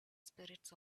spirits